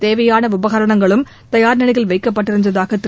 தேவையான உபகர்ணங்களும் தயார்நிலையில் வைக்கப்பட்டிருந்ததாக திரு